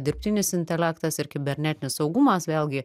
dirbtinis intelektas ir kibernetinis saugumas vėlgi